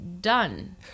done